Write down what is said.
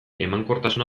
emankortasuna